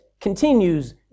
continues